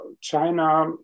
China